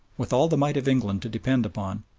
with all the might of england to depend upon,